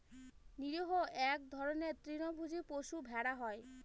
নিরীহ এক ধরনের তৃণভোজী পশু ভেড়া হয়